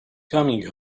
coming